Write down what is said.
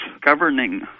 governing